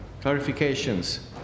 clarifications